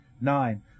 nine